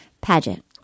pageant